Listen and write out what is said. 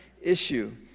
issue